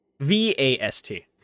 V-A-S-T